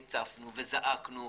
נאמנו, הצפנו וזעקנו.